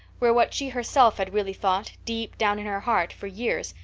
were what she herself had really thought deep down in her heart for years,